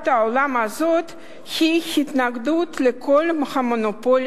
העולם הזאת הוא התנגדות לכל מונופול,